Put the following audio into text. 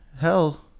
Hell